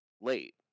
late